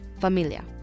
familia